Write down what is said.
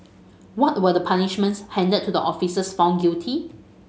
what were the punishments handed to the officers found guilty